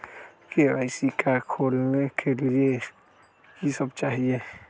KYC का का खोलने के लिए कि सब चाहिए?